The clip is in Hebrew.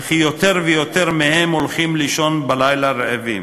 וכי יותר ויותר מהם הולכים לישון בלילה רעבים.